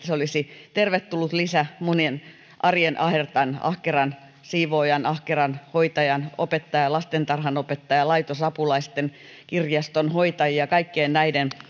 se olisi tervetullut lisä monen arjen ahertajan ahkeran siivoojan ahkeran hoitajan opettajan lastentarhanopettajan laitosapulaisten kirjastonhoitajien ja kaikkien näiden